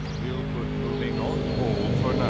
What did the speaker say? we'll put moving on hold for now.